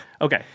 okay